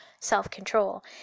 self-control